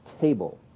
table